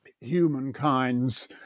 humankind's